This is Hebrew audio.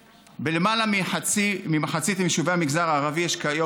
בלמעלה ממחצית מיישובי המגזר הערבי יש כיום,